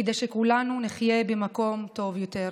כדי שכולנו נחיה במקום טוב יותר.